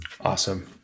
Awesome